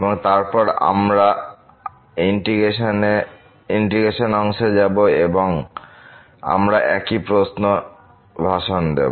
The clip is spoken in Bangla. এবং তারপর আমরা ইন্টিগ্রেশন অংশে যাবো এবং আবার আমরা একই প্রশ্ন ভাষণ দেব